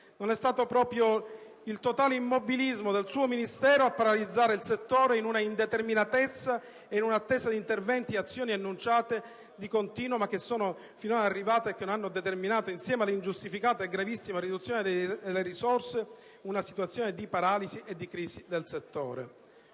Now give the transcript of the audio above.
Non è stato forse il totale immobilismo del suo Ministero a paralizzare il settore in una indeterminatezza e in una attesa di interventi ed azioni annunciate di continuo, ma che finora non sono arrivate e che hanno determinato, insieme alla ingiustificata e gravissima riduzione delle risorse, una situazione di paralisi e di crisi del settore?